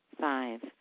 Five